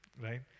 right